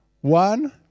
One